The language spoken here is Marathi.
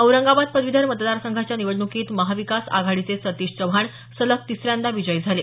औरंगाबाद पदवीधर मतदारसंघाच्या निवडण्कीत महाविकास आघाडीचे उमेदवार सतीश चव्हाण सलग तिसऱ्यांदा विजयी झाले